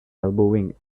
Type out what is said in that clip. elbowing